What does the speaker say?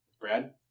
Brad